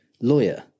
lawyer